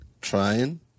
trying